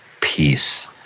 peace